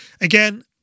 again